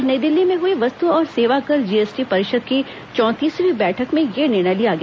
आज नई दिल्ली में हुई वस्तु और सेवा कर जीएसटी परिषद की चौंतीसवीं बैठक में यह निर्णय लिया गया